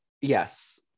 Yes